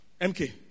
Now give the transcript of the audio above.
MK